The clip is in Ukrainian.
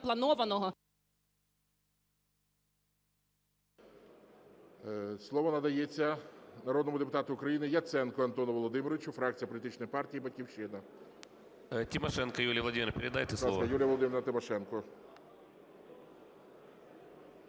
Слово надається народному депутату України Яценку Антону Володимировичу, фракція політичної партії "Батьківщина". 10:25:33 ЯЦЕНКО А.В. Тимошенко Юлії Володимирівні передайте слово.